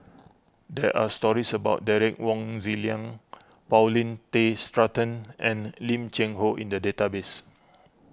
there are stories about Derek Wong Zi Liang Paulin Tay Straughan and Lim Cheng Hoe in the database